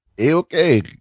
Okay